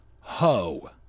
ho